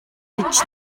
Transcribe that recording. гэж